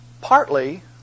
partly